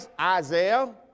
Isaiah